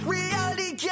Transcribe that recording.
Reality